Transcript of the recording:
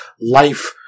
life